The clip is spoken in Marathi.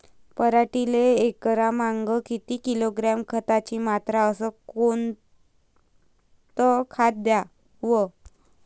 पराटीले एकरामागं किती किलोग्रॅम खताची मात्रा अस कोतं खात द्याव?